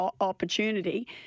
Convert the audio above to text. opportunity